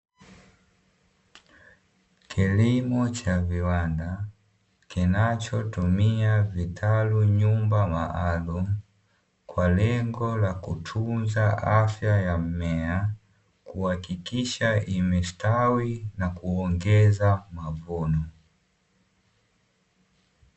Kilimo cha viwanda kinachotumia vitalu, nyumba maalumu kwa lengo la kutunza afya ya mmea kuhakikisha imestawi na kuongeza mavuno.